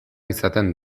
izaten